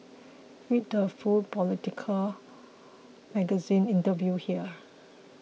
read the full Politico Magazine interview here